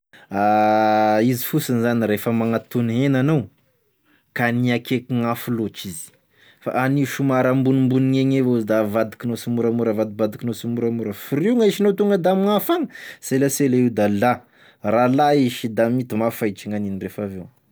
Izy fosiny zany refa magnatono hena anao, ka ania akaikign'afo lôtry izy fa anio somary ambonimbonign'egny avao da avadikinao simoramora avadibadikinao tsimoramora f'raha io gn'ahisinao tonga da amign'afo agny, selasela io da là, raha là io da mety mafaitry gn'aniny refa aveo.